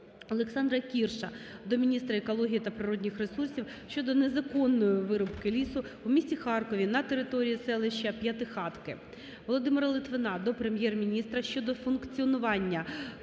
Олександра Кірша до міністра екології та природних ресурсів щодо незаконної вирубки лісу у місті Харкові на території селища П'ятихатки. Володимира Литвина до Прем'єр-міністра щодо функціонування